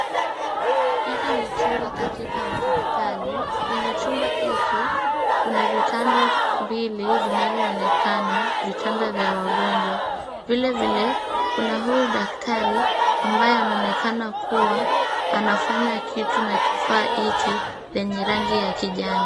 Hiki ni chumba katika hospitali, kwenye chumba hiki kuna vitanda mbili vinavyoonekana, vitanda vya wagonjwa, vilevile kuna huyu daktari ambaye anaonekana kuwa anafanya kitu na kifaa hiki chenye rangi ya kijani.